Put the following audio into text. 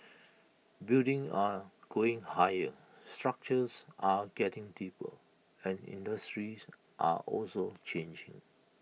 buildings are going higher structures are getting deeper and industries are also changing